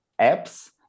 apps